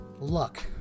luck